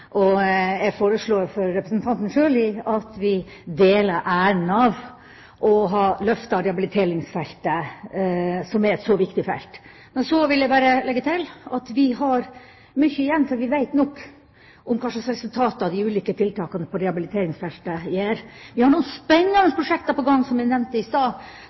og jeg foreslår for representanten Sjøli at vi deler æren av å ha løftet rehabiliteringsfeltet, som er et så viktig felt. Så vil jeg bare legge til at vi har mye igjen før vi vet nok om hvilke resultater de ulike tiltakene på rehabiliteringsfeltet gir. Vi har noen spennende prosjekter på gang, som jeg nevnte i stad,